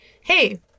hey